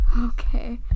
Okay